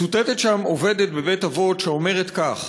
מצוטטת שם עובדת בבית-אבות שאומרת כך: